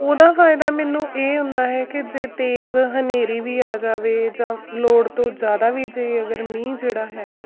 ਉਹਦਾ ਫਾਇਦਾ ਮੈਨੂੰ ਇਹ ਹੁੰਦਾ ਹੈ ਕਿ ਜੇ ਤੇਜ਼ ਹਨੇਰੀ ਵੀ ਆ ਜਾਵੇ ਜਾਂ ਲੋੜ ਤੋਂ ਜ਼ਿਆਦਾ ਵੀ ਜੇ ਅਗਰ ਮੀਂਹ ਜਿਹੜਾ ਹੈ